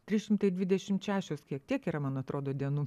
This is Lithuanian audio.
trys šimtai dvidešimt šešios kiek tiek yra man atrodo dienų